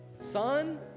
son